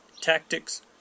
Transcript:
tactics